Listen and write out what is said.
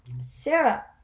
Sarah